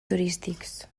turístics